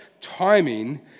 timing